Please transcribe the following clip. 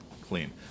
clean